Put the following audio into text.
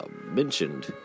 mentioned